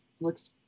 looks